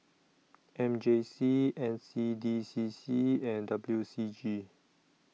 M J C NC D C C and WC G